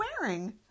wearing